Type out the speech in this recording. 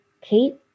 Kate